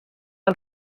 del